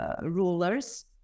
rulers